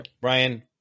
Brian